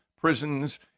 prisons